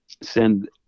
send